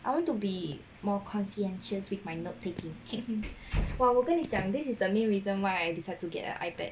I want to be more conscientious with my note taking !wah! 我跟你讲 this is the main reason why I decide to get an ipad